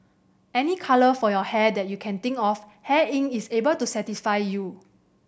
any colour for your hair that you can think of Hair Inc is able to satisfy you